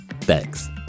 Thanks